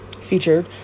featured